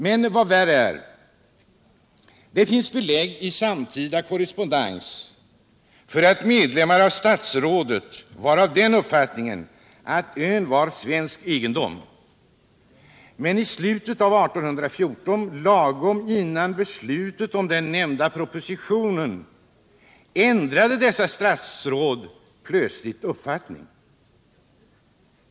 Men vad värre är: Det finns belägg i samtida korrespondens för att medlemmar av statsrådet var av den uppfattningen att ön var svensk egendom. Men i slutet av 1814 — lagom innan beslutet om den nämnda propositionen fattades — ändrade dessa statsråd plötsligt uppfattning.